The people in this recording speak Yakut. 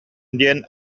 диэн